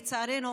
לצערנו.